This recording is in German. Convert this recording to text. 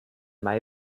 mai